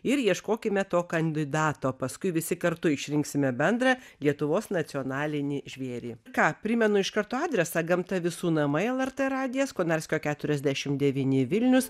ir ieškokime to kandidato paskui visi kartu išrinksime bendrą lietuvos nacionalinį žvėrį ką primenu iš karto adresą gamta visų namai lrt radijas konarskio keturiasdešim devyni vilnius